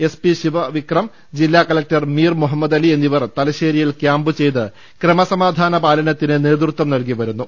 S P Sivavikram ജില്ലാക ലക്ടർ മീർമുഹമ്മദലി എന്നിവർ തലശ്ശേരിയിൽ ക്യാമ്പു ചെയ്ത് ക്രമസമാധാന പാലനത്തിന് നേതൃത്വം നല്കി വരുന്നു